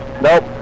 Nope